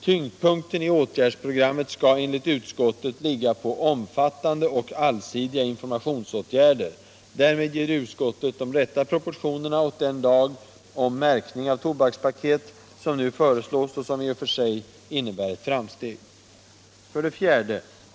Tyngdpunkten i åtgärdsprogrammet skall enligt utskottet ligga på omfattande och allsidiga informationsåtgärder. Därmed ger utskottet de rätta proportionerna åt den lag om märkning av tobakspaket som nu föreslås, och som i och för sig innebär ett framsteg. 4.